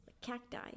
cacti